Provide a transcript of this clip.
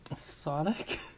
Sonic